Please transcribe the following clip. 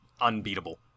unbeatable